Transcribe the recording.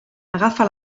agafa